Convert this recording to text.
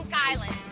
and island.